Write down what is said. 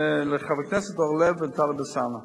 חברי הכנסת אורלב וטלב אלסאנע,